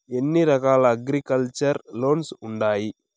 ఎన్ని రకాల agriculture loans ఉండాయి